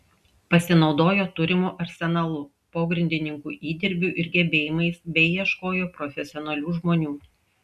pasinaudojo turimu arsenalu pogrindininkų įdirbiu ir gebėjimais bei ieškojo profesionalių žmonių